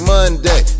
Monday